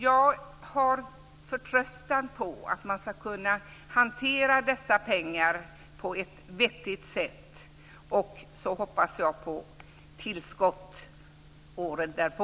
Jag litar på att man ska kunna hantera dessa pengar på ett vettigt sätt, och hoppas på tillskott åren därpå.